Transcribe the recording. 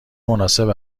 مناسب